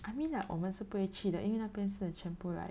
I mean like 我们是不会去的因为它那边是全部 like